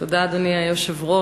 תודה, אדוני היושב-ראש.